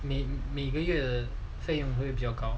每每个一个月费用会比较高